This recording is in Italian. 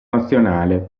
nazionale